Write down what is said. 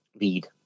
lead